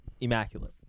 immaculate